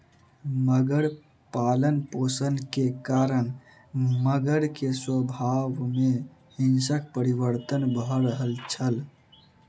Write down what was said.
मगर पालनपोषण के कारण मगर के स्वभाव में हिंसक परिवर्तन भ रहल छल